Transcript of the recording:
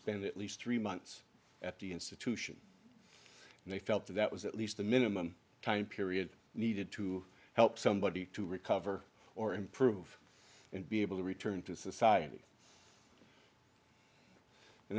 spend at least three months at the institution and they felt that was at least the minimum time period needed to help somebody to recover or improve and be able to return to society and